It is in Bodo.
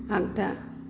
आगदा